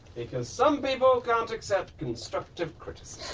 because some people can't accept constructive criticism.